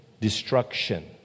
Destruction